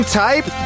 type